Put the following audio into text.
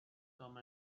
come